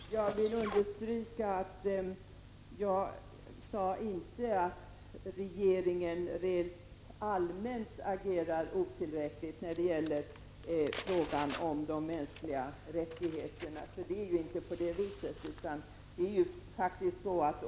Herr talman! Jag vill understryka att jag inte sade att regeringens agerande rent allmänt är otillräckligt när det gäller frågan om de mänskliga rättigheterna. Så är det inte.